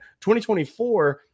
2024